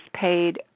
paid